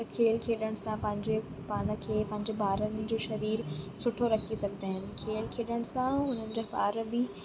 त खेलु खेलण सां पंहिंजे पाण खे पंहिंजे ॿारनि जो सरीरु सुठो रखी सघंदा आहिनि खेलु खेॾण सां उन्हनि जा ॿार बि